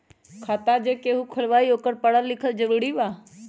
खाता जे केहु खुलवाई ओकरा परल लिखल जरूरी वा?